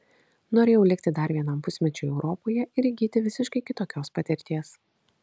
norėjau likti dar vienam pusmečiui europoje ir įgyti visiškai kitokios patirties